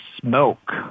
smoke